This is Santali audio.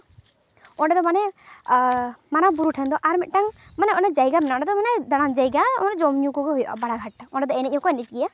ᱚᱸᱰᱮ ᱫᱚ ᱢᱟᱱᱮ ᱢᱟᱨᱟᱝ ᱵᱩᱨᱩ ᱴᱷᱮᱱ ᱫᱚ ᱟᱨ ᱢᱤᱫᱴᱟᱝ ᱢᱟᱱᱮ ᱚᱱᱟ ᱡᱟᱭᱜᱟ ᱢᱮᱱᱟᱜᱼᱟ ᱚᱱᱟ ᱫᱚ ᱢᱟᱱᱮ ᱫᱟᱬᱟᱱ ᱡᱟᱭᱜᱟ ᱡᱚᱢ ᱧᱩ ᱠᱚᱜᱮ ᱦᱩᱭᱩᱜᱼᱟ ᱵᱟᱲᱟᱜᱷᱟᱴ ᱚᱸᱰᱮ ᱫᱚ ᱮᱱᱮᱡ ᱦᱚᱸᱠᱚ ᱮᱱᱮᱡ ᱜᱮᱭᱟ